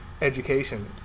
education